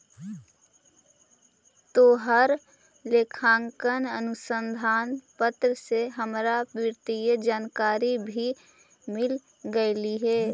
तोहर लेखांकन अनुसंधान पत्र से हमरा वित्तीय जानकारी भी मिल गेलई हे